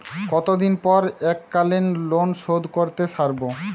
কতদিন পর এককালিন লোনশোধ করতে সারব?